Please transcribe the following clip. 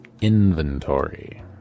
inventory